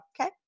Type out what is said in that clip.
Okay